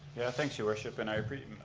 yeah, thanks your worship. and i